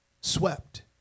swept